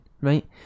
right